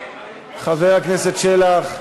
חבר הכנסת שלח.